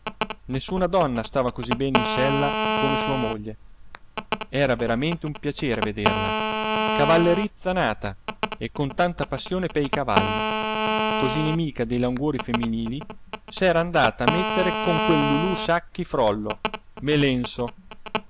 nessuna donna stava così bene in sella come sua moglie era veramente un piacere vederla cavallerizza nata e con tanta passione pei cavalli così nemica dei languori femminili s'era andata a mettere con quel lulù sacchi frollo melenso